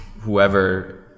whoever